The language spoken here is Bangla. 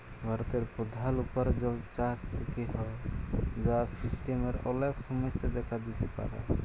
ভারতের প্রধাল উপার্জন চাষ থেক্যে হ্যয়, যার সিস্টেমের অলেক সমস্যা দেখা দিতে পারে